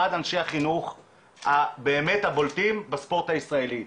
אחד מאנשי החינוך הבולטים באמת בספורט הישראלי,